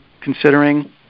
considering